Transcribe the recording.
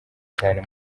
cyane